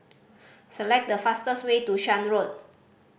select the fastest way to Shan Road